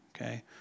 okay